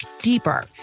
deeper